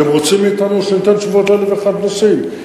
אתם רוצים מאתנו שניתן תשובות לאלף ואחד נושאים.